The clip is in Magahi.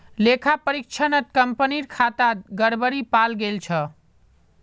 लेखा परीक्षणत कंपनीर खातात गड़बड़ी पाल गेल छ